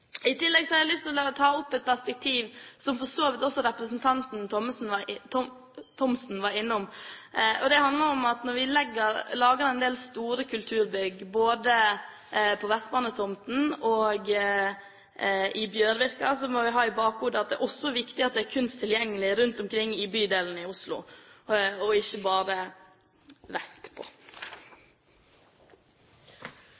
I tillegg har jeg lyst til å ta opp et perspektiv som for så vidt også representanten Thomsen var innom. Det handler om at når vi bygger en del store kulturbygg, både på Vestbanetomten og i Bjørvika, må vi ha i bakhodet at det er også viktig at det er kunst tilgjengelig rundt omkring i bydelene i Oslo, og ikke bare vestpå. Saken om nytt nasjonalmuseum har ført til store debatter. I opposisjonen har vi jo presset på